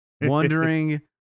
wondering